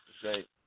Great